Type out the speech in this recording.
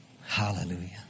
Hallelujah